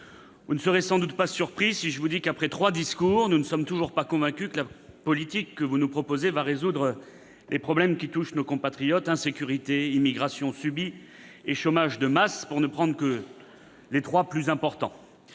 vous ne serez pas surpris si je vous dis qu'après trois discours nous ne sommes toujours pas convaincus que la politique que vous nous proposez va résoudre les problèmes qui touchent nos compatriotes- insécurité, immigration subie et chômage de masse, pour ne prendre que les trois plus importants